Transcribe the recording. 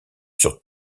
sur